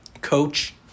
coach